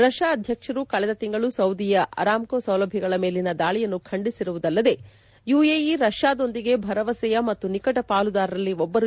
ರಷ್ಯಾದ ಅಧ್ಯಕ್ಷರು ಕಳೆದ ತಿಂಗಳು ಸೌದಿಯ ಅರಾಮ್ನೊ ಸೌಲಭ್ಯಗಳ ಮೇಲಿನ ದಾಳಿಯನ್ನು ಖಂಡಿಸಿರುವುದಲ್ಲದೆ ಯುಎಇ ರಷ್ಯಾದೊಂದಿಗೆ ಭರವಸೆಯ ಮತ್ತು ನಿಕಟ ಪಾಲುದಾರರಲ್ಲಿ ಒಬ್ಬರು ಎಂದು ಹೇಳಿದರು